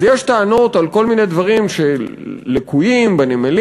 אז יש טענות על כל מיני דברים שלקויים בנמלים,